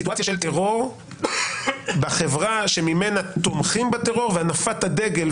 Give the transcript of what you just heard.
הסיטואציה של טרור בחברה שבה תומכים בטרור והנפת הדגל,